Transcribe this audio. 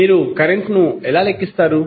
మీరు కరెంట్ను ఎలా లెక్కిస్తారు